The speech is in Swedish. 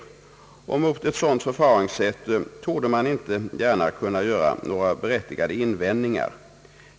Mot ett sådant förfaringssätt torde man inte gärna kunna göra några berättigade invändningar.